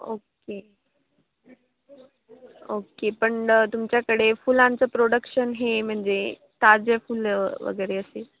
okay okay पण तुमच्याकडे फुलांचं प्रोडक्शन हे म्हणजे ताजे फुलं वगैरे असेल